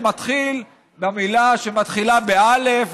שמתחיל במילה שמתחילה באל"ף,